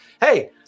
hey